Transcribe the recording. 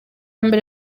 mbere